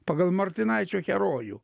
pagal martinaičio herojų